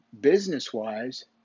business-wise